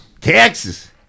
Texas